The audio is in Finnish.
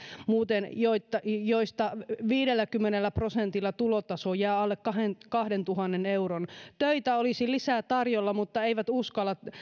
muuten yksinyrittäjiä joista viidelläkymmenellä prosentilla tulotaso jää alle kahdentuhannen euron töitä olisi lisää tarjolla mutta he eivät uskalla